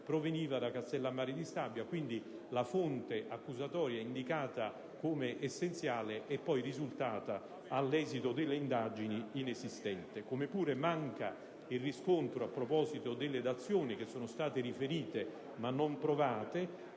proveniva da Castellammare di Stabia. Quindi, la fonte accusatoria indicata come essenziale è poi risultata, all'esito delle indagini, inesistente. Come pure manca il riscontro a proposito delle dazioni che sono state riferite, ma non provate,